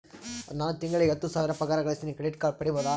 ನಾನು ತಿಂಗಳಿಗೆ ಹತ್ತು ಸಾವಿರ ಪಗಾರ ಗಳಸತಿನಿ ಕ್ರೆಡಿಟ್ ಕಾರ್ಡ್ ಪಡಿಬಹುದಾ?